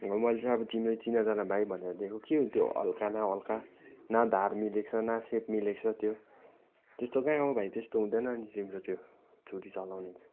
मैले चाहिँ अब तिम्रो चिनाजाना भाइ भनेर दिएको के हो त्यो हल्का न हल्का न धार मिलेको छ ना सेप मिलेको छ त्यो त्यस्तो कहाँ हो हौ भाइ त्यस्तो हुँदैन नि तिम्रो त्यो छुरी चलाउनु